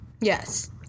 Yes